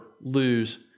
lose